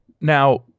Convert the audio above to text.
Now